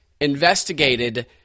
investigated